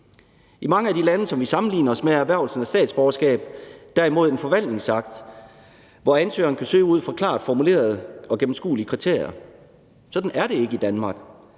I mange af de lande, som vi sammenligner os med, er erhvervelsen af statsborgerskab derimod en forvaltningsakt, hvor ansøgeren kan søge ud fra klart formulerede og gennemskuelige kriterier. Sådan er det ikke i Danmark.